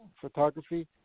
photography